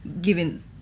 giving